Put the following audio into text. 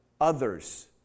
others